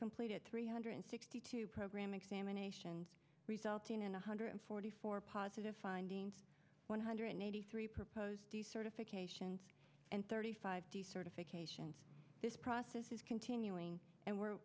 completed three hundred sixty two program examinations resulting in one hundred forty four positive findings one hundred eighty three proposed certifications and thirty five decertification this process is continuing and we're